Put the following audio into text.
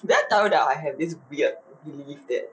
did I tell you I have this weird belief that